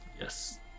Yes